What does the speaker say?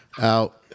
out